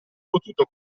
potuto